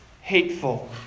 hateful